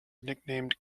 nicknamed